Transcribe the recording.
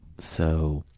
so,